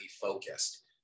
focused